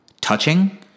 touching